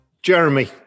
Jeremy